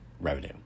revenue